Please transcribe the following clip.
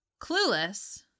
Clueless